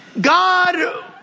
God